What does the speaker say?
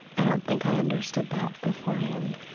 i don't think i understood that beforehand,